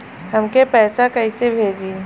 हमके पैसा कइसे भेजी?